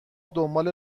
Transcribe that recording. دنبال